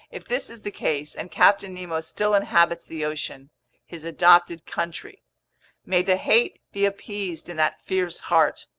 if this is the case and captain nemo still inhabits the ocean his adopted country may the hate be appeased in that fierce heart!